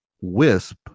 Wisp